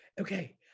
okay